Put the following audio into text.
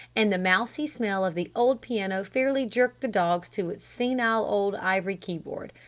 and the mousey smell of the old piano fairly jerked the dogs to its senile old ivory keyboard.